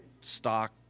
stock